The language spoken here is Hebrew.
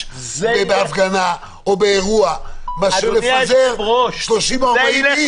בהפגנה או באירוע מאשר לפזר 30 או 40 איש.